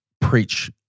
preach